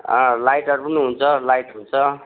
अँ लाइटहरू पनि हुन्छ लाइट छ